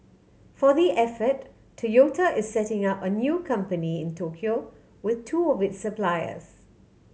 for the effort Toyota is setting up a new company Tokyo with two of its supplier